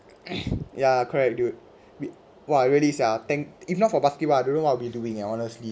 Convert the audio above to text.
ya correct dude re~ !wah! really is ah than~ if not for basketball ah I don't know what we'll be doing honestly